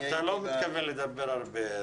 אתה לא מתכוון לדבר הרבה.